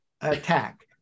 Attack